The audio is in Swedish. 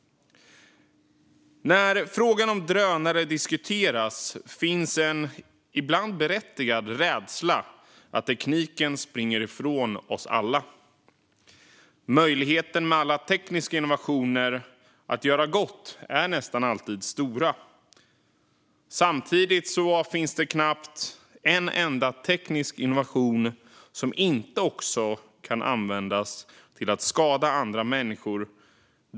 När frågan om drönare diskuteras finns en ibland berättigad rädsla att tekniken springer ifrån oss alla. Möjligheten med alla tekniska innovationer att göra gott är nästan alltid stor. Samtidigt finns det knappt en enda teknisk innovation som inte också kan användas till att skada andra människor.